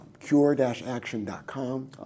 cure-action.com